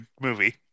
movie